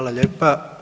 lijepa.